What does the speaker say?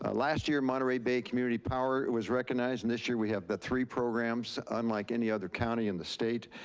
ah last year, monterey bay community power was recognized, and this year we have the three programs, unlike any other county in the state,